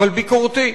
אבל ביקורתית.